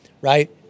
right